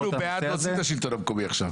אנחנו בעד להוציא את השלטון המקומי עכשיו.